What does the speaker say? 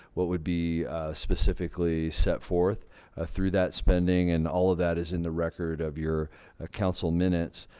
what would be specifically set forth through that spending and all of that is in the record of your ah council minutes.